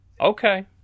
Okay